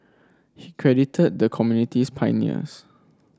he credited the community's pioneers